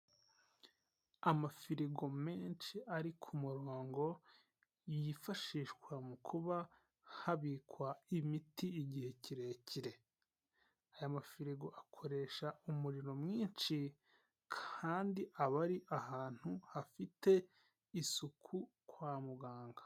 Amafirigo menshi ari ku murongo yifashishwa mu kuba habikwa imiti igihe kirekire, aya mafirigo akoresha umuriro mwinshi kandi aba ari ahantu hafite isuku kwa muganga.